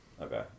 Okay